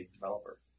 developer